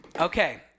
Okay